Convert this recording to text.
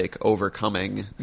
overcoming